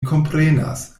komprenas